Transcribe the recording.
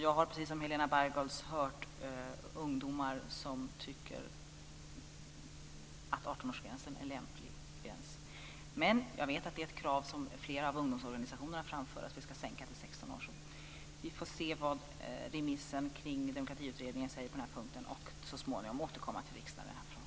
Jag har precis om Helena Bargholtz hört ungdomar som tycker att 18-årsgränsen är en lämplig gräns. Men jag vet att ett krav som flera av ungdomsorganisationerna har framfört är att sänka den till 16 år. Vi får se vad remissen kring Demokratiutredningen säger på den här punkten och så småningom återkomma till riksdagen i denna fråga.